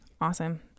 awesome